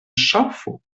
ŝafo